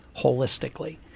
holistically